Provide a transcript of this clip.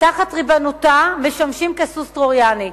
תחת ריבונותה, ומשמשים כסוס טרויאני.